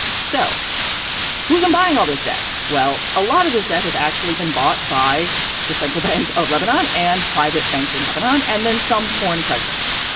so who's them buying all this debt? well, a lot of this debt has actually been bought by the central bank of lebanon and private banks in lebanon and then some foreign creditors.